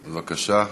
בבקשה.